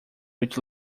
which